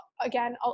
again